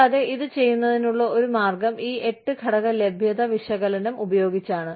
കൂടാതെ ഇത് ചെയ്യുന്നതിനുള്ള ഒരു മാർഗ്ഗം ഈ 8 ഘടക ലഭ്യത വിശകലനം ഉപയോഗിച്ചാണ്